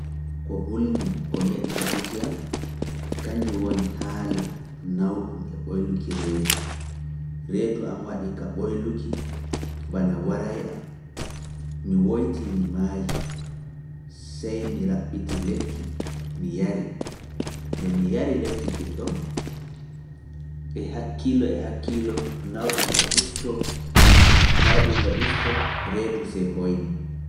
Ko hulnii, ko meeɗi heɓuki am, kañnjo woni haala nawɗum e ɓoyluki reedu, reedu am waɗi ka ɓoyluki bana warae am, mi woytii mi maayi, sey mi raɓɓiti lekki mi yari, nde mi yari lekki kiɗɗon, e hakkiilo e hakkiilo nawɗum e ɓustoo, nawɗum e ɓustoo, reedu sae hoyni.